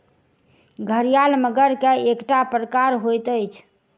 घड़ियाल मगर के एकटा प्रकार होइत अछि